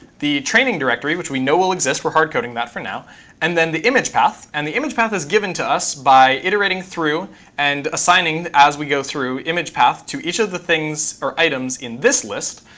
the training directory which we know will exist we're hardcoding that for now and then the image path. and the image path is given to us by iterating through and assigning as we go through image path to each of the things or items in this list.